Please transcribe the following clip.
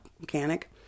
mechanic